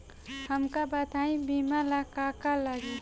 हमका बताई बीमा ला का का लागी?